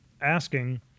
asking